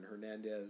Hernandez